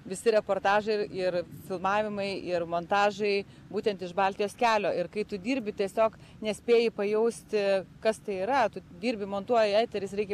visi reportažai ir ir filmavimai ir montažai būtent iš baltijos kelio ir kai tu dirbi tiesiog nespėji pajausti kas tai yra dirbi montuoji eteris reikia